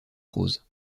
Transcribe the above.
rose